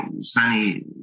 Sani